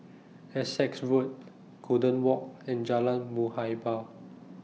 Essex Road Golden Walk and Jalan Muhibbah